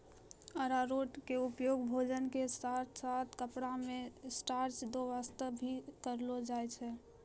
अरारोट के उपयोग भोजन के साथॅ साथॅ कपड़ा मॅ स्टार्च दै वास्तॅ भी करलो जाय छै